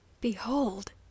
Behold